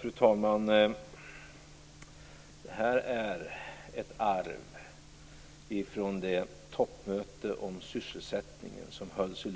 Fru talman! Det här är ett arv från det toppmöte om sysselsättningen som på svenskt initiativ hölls